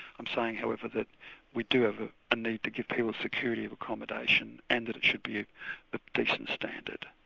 i'm saying however that we do have ah a need to give people security of accommodation and that it should be of a decent standard.